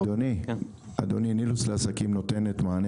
אדוני, "נילוס לעסקים" נותנת מענה